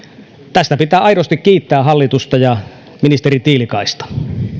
tästä pitää aidosti kiittää hallitusta ja ministeri tiilikaista